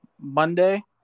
Monday